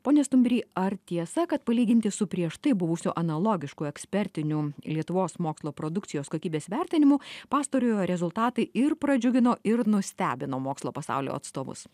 pone stumbry ar tiesa kad palyginti su prieš tai buvusiu analogišku ekspertiniu lietuvos mokslo produkcijos kokybės vertinimu pastarojo rezultatai ir pradžiugino ir nustebino mokslo pasaulio atstovus